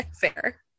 fair